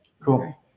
cool